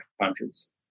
countries